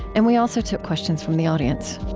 and we also took questions from the audience